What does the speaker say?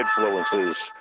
influences